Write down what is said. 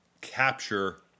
capture